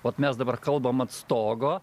ot mes dabar kalbam ant stogo